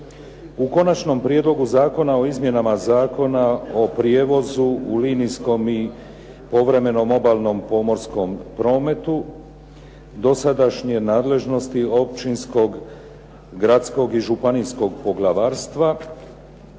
U Konačnom prijedlogu zakona o izmjenama Zakona o prijevozu u linijskom i povremenom obalnom pomorskom prometu, dosadašnje nadležnosti općinskog, gradskog i županijskog poglavarstva,